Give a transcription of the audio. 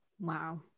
Wow